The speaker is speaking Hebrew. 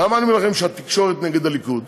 למה אני אומר לכם שהתקשורת נגד הליכוד?